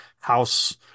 house